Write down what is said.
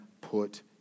put